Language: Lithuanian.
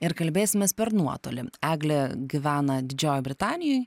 ir kalbėsimės per nuotolį eglė gyvena didžiojoj britanijoj